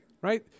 right